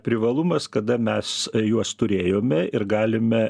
privalumas kada mes juos turėjome ir galime